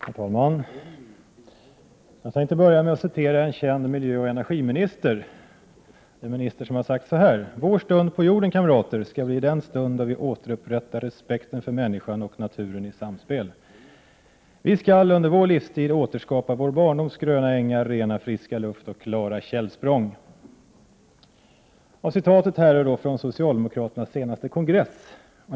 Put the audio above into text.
Herr talman! Jag skall börja med att citera en känd miljöoch energiminister som har sagt så här: ”Vår stund på jorden, kamrater, skall bli den stund då vi återupprättar respekten för människan och naturen i samspel! Vi skall under vår livstid återskapa vår barndoms gröna ängar, rena friska luft och klara källsprång.” Citatet härrör från socialdemokraternas senaste kongress.